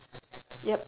yup